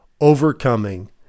overcoming